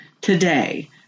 today